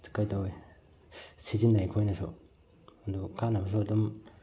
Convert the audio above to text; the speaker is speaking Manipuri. ꯆꯠꯀꯗꯧꯋꯦ ꯁꯤꯖꯤꯟꯅꯩ ꯑꯩꯈꯣꯏꯅꯁꯨ ꯑꯗꯨ ꯀꯥꯟꯅꯕꯁꯨ ꯑꯗꯨꯝ